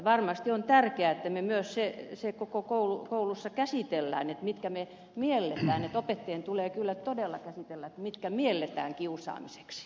varmasti on tärkeää että me myös sen koko koulussa käsittelemme mitkä asiat me miellämme kiusaamiseksi ja opettajan tulee kyllä todella käsitellä mitkä asiat mielletään kiusaamiseksi